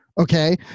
okay